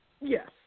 Yes